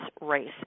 race